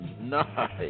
nice